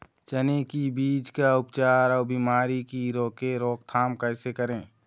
चने की बीज का उपचार अउ बीमारी की रोके रोकथाम कैसे करें?